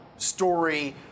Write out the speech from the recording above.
story